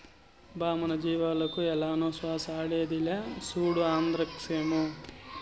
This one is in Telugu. బా మన జీవాలకు ఏలనో శ్వాస ఆడేదిలా, సూడు ఆంద్రాక్సేమో